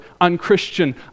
unchristian